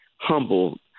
humble